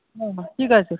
ठीक आहे सर